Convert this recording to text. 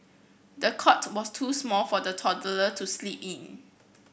the cot was too small for the toddler to sleep in